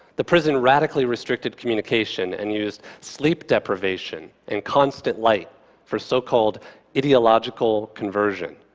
the prison radically restricted communication and used sleep deprivation, and constant light for so-called ideological conversion.